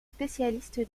spécialiste